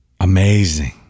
amazing